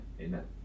Amen